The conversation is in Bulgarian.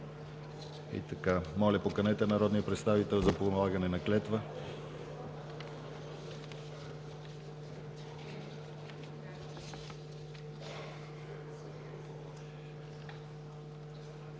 Моля, поканете народния представител за полагане на клетвата.